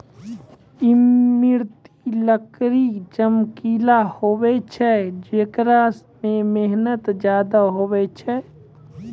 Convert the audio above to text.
ईमारती लकड़ी चमकिला हुवै छै जेकरा मे मेहनत ज्यादा हुवै छै